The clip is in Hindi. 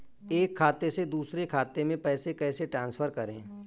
एक खाते से दूसरे खाते में पैसे कैसे ट्रांसफर करें?